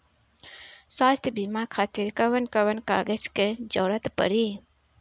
स्वास्थ्य बीमा खातिर कवन कवन कागज के जरुरत पड़ी?